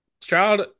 Stroud